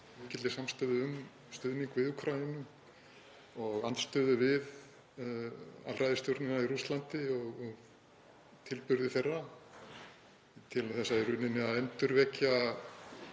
mikilli samstöðu um stuðning við Úkraínu og andstöðu við alræðisstjórnina í Rússlandi og tilburði þeirra til þess í rauninni